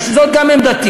משום שזאת גם עמדתי,